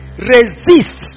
Resist